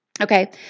okay